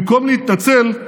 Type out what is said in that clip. במקום להתנצל,